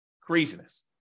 Craziness